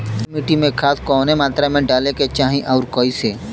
काली मिट्टी में खाद कवने मात्रा में डाले के चाही अउर कइसे?